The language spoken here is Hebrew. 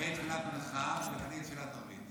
אחרי תפילת מנחה ולפני תפילת ערבית.